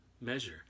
measure